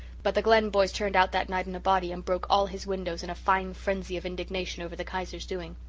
but the glen boys turned out that night in a body and broke all his windows in a fine frenzy of indignation over the kaiser's doings.